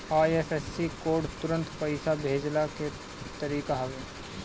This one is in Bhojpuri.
आई.एफ.एस.सी कोड तुरंत पईसा भेजला के तरीका हवे